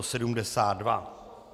72.